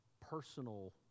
personal